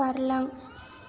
बारलां